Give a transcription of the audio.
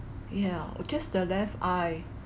yeah just the left eye